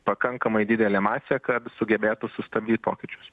pakankamai didelė masė kad sugebėtų sustabdyt pokyčius